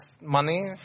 money